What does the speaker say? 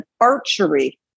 archery